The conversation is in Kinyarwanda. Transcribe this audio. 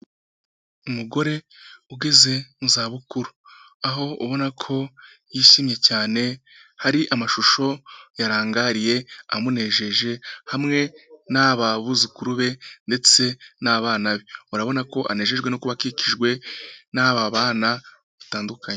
Umugore ugeze mu zabukuru, aho ubona ko yishimye cyane, hari amashusho yarangariye amunejeje, hamwe n'aba buzukuru be ndetse n'abana be, urabona ko anejejwe no kuba akikijwe n'aba bana batandukanye.